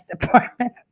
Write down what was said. department